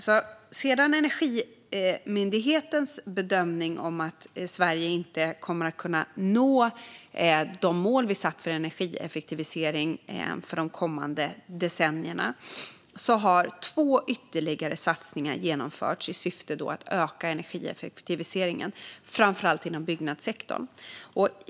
Sedan vi fick Energimyndighetens bedömning att Sverige inte kommer att kunna nå de mål vi satt upp för energieffektivisering för de kommande decennierna har två ytterligare satsningar genomförts i syfte att öka energieffektiviseringen, framför allt inom byggnadssektorn.